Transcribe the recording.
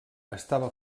estava